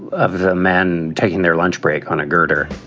ah a man taking their lunch break on a girder